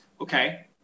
okay